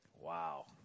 Wow